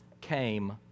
came